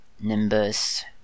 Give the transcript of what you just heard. Nimbus